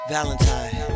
valentine